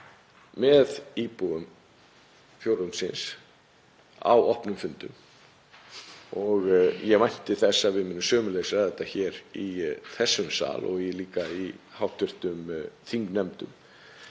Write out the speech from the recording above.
með íbúum fjórðungsins á opnum fundum og vænti þess að við munum sömuleiðis ræða þetta hér í þessum sal og líka í hv. þingnefndum.